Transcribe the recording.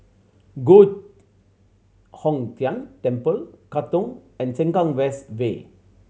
Giok Hong Tian Temple Katong and Sengkang West Way